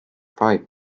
five